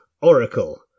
Oracle